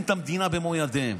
שהורסים את המדינה במו ידיהם.